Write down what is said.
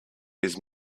his